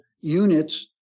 units